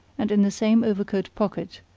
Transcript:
and in the same overcoat pocket,